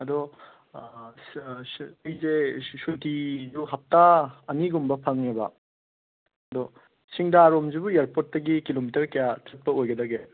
ꯑꯗꯣ ꯑꯩꯁꯦ ꯁꯨꯇꯤꯗꯣ ꯍꯞꯇꯥ ꯑꯅꯤꯒꯨꯝꯕ ꯐꯪꯉꯦꯕ ꯑꯗꯣ ꯁꯤꯟꯗꯥꯔꯣꯝꯁꯤꯕꯨ ꯏꯌꯥꯔꯄꯣꯔꯠꯇꯒꯤ ꯀꯤꯂꯣꯃꯤꯇꯔ ꯀꯌꯥ ꯆꯠꯄ ꯑꯣꯏꯒꯗꯒꯦ